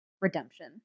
redemption